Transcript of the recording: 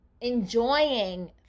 enjoying